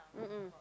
mmhmm